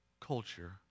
culture